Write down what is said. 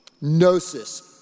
Gnosis